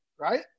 Right